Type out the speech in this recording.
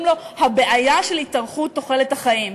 לו: הבעיה של עלייה בתוחלת החיים.